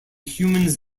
humans